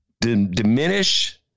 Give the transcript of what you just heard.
diminish